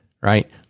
right